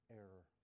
error